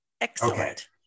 Excellent